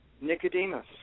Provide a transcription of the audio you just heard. Nicodemus